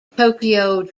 tokyo